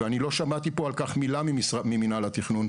ואני לא שמעתי פה על כך מילה ממינהל התכנון.